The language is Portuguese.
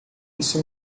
isso